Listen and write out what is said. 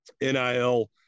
NIL